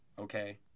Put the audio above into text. Okay